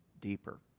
deeper